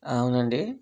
అవునండీ